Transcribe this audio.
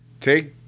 take